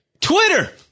Twitter